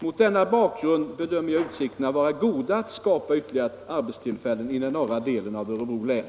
Mot denna bakgrund bedömer jag utsikterna vara goda att skapa ytterligare arbetstillfällen i den norra delen av Örebro län.